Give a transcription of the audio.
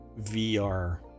VR